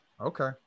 Okay